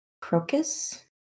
crocus